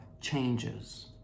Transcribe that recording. changes